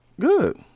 good